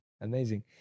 Amazing